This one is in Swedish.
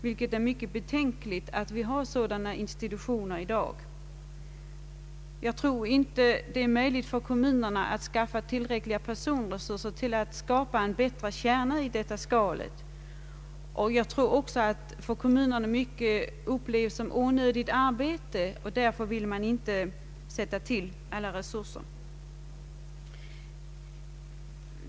Det är mycket betänkligt att vi i dag har sådana institutioner. Jag tror inte att det är möjligt för kommunerna att skaffa tillräckliga personresurser för att skapa en bättre kärna i detta skal. Jag tror dessutom att kommunerna upplever det såsom ett onödigt arbete och därför inte vill sätta till alla resurser.